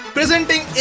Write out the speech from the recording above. Presenting